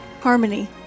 harmony